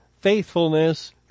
faithfulness